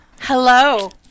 hello